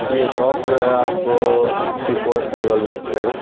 یہ شاپ جو ہے آپ کو پڑے گا